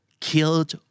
killed